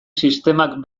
sistemak